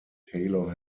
taylor